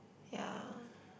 ya